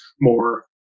more